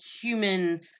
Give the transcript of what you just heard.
human